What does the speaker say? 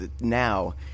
now